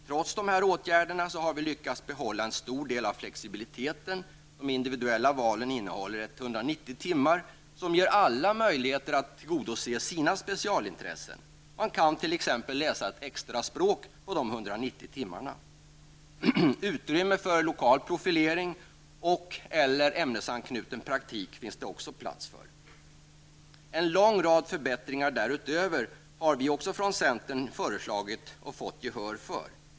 Trots dessa åtgärder har vi lyckats behålla en stor del av flexibilitet. De individuella valen innehåller 190 timmar, som ger alla möjlighet att tillgodose sina specialintressen. Man kan t.ex. läsa ett extra språk på dessa 190 timmar. Utrymme för lokal profilering och/eller ämnesanknuten praktik finns det också. En lång rad förändringar därutöver har vi också från centerns sida föreslagit och fått gehör för.